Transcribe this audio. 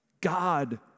God